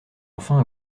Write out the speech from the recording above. enfin